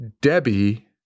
Debbie